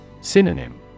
Synonym